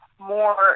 more